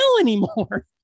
anymore